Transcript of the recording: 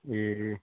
ए